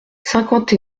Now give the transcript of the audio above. cinquante